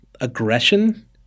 aggression